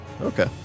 Okay